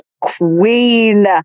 Queen